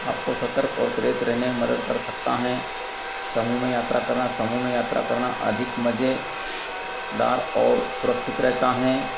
आपको सतर्क ओर प्रेरित रहने में मदद कर सकता हैं समूह में यात्रा करना समूह में यात्रा करना अधिक मजे दार और सुरक्षित रहता है